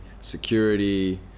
security